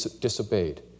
disobeyed